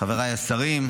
חבריי השרים,